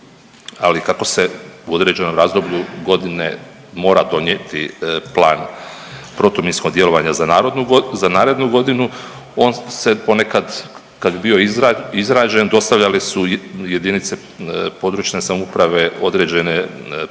ali kako se u određenom razdoblju godine mora donijeti plan protuminskog djelovanja za narodnu, za narednu godinu on se ponekad kad je bio izrađen dostavljale su jedinice područne samouprave određene prijedloge